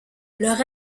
leur